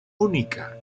única